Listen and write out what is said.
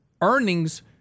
earnings